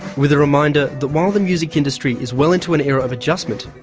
with a reminder that while the music industry is well into an era of adjustment,